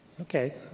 Okay